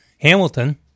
Hamilton